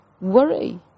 worry